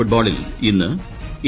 ഫുട്ബോളിൽ ഇന്ന് എ